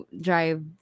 drive